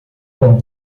com